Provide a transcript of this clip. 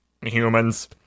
humans